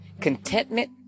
contentment